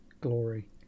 glory